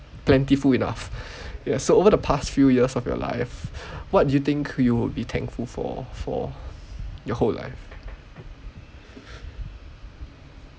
plentiful enough yes so over the past few years of your life what do you think you would be thankful for for your whole life